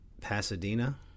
Pasadena